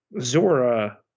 Zora